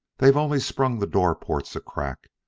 they've only sprung the door-ports a crack,